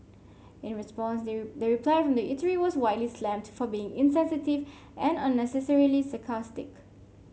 in response the the reply from the eatery was widely slammed for being insensitive and unnecessarily sarcastic